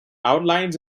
outlines